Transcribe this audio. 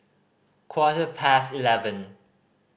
quarter past eleven